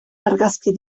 argazki